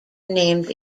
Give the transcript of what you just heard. named